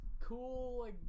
cool